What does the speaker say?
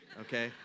okay